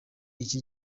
iki